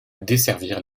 desservir